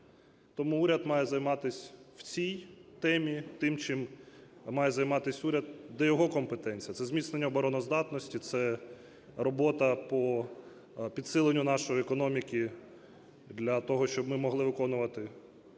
Тому уряд має займатись в цій темі тим, чим має займатись уряд, де його компетенція. Це зміцнення обороноздатності; це робота по підсиленню нашої економіки для того, щоб ми могли виконувати ці